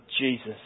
Jesus